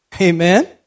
Amen